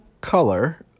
Color